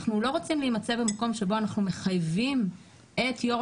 אנחנו לא רוצים להימצא במקום שבו אנחנו מחייבים את יושב-ראש